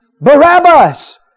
Barabbas